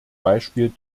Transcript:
beispiel